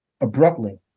Abruptly